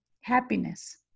happiness